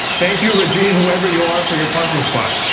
thank you rajeev, whoever you are, for your parking spot.